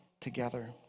together